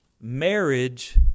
Marriage